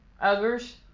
others